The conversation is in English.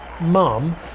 mum